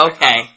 Okay